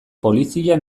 polizia